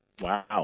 Wow